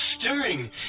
stirring